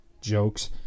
Jokes